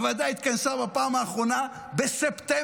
הוועדה התכנסה בפעם האחרונה בספטמבר,